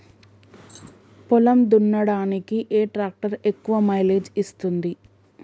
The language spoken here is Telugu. పొలం దున్నడానికి ఏ ట్రాక్టర్ ఎక్కువ మైలేజ్ ఇస్తుంది?